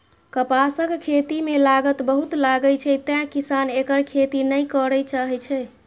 कपासक खेती मे लागत बहुत लागै छै, तें किसान एकर खेती नै करय चाहै छै